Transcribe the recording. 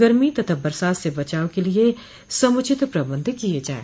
गर्मी तथा बरसात से बचाव के लिए समुचित प्रबन्ध किए जाएं